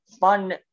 fun